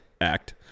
act